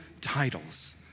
titles